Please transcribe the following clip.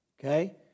Okay